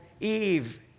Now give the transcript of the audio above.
eve